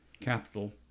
capital